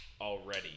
already